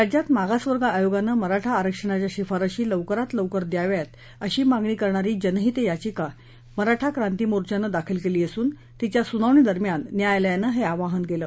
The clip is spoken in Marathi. राज्यात मागासवर्ग आयोगानं मराठा आरक्षणाच्या शिफारशी लवकरात लवकर द्याव्या अशी मागणी करणारी जनहित याचिका मराठा क्रांती मोर्चानं दाखल केली असून तिच्या सुनावणीदरम्यान न्यायालयानं हे आवाहन केलं